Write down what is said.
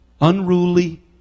Unruly